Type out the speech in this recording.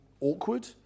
awkward